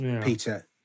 Peter